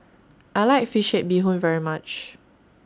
I like Fish Head Bee Hoon very much